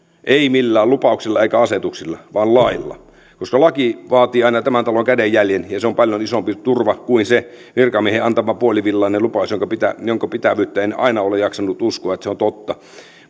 ei millään lupauksilla eikä asetuksilla vaan lailla koska laki vaatii aina tämän talon kädenjäljen ja se on paljon isompi turva kuin se virkamiehen antama puolivillainen lupaus jonka pitävyyttä en aina ole jaksanut uskoa että se on totta